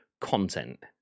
content